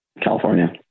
California